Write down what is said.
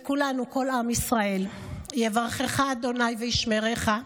וכולנו, כל עם ישראל: "יברכך ה' וישמְרֶךָ,